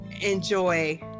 enjoy